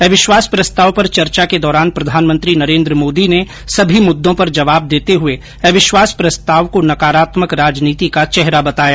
अविश्वास प्रस्ताव पर चर्चा के दौरान प्रधानमंत्री नरेन्द्र मोदी ने सभी मुददों पर जवाब देते हुए अविश्वास प्रस्ताव को नकारात्मक राजनीति का चेहरा बताया